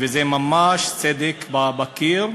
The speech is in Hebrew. וזה ממש סדק בקיר,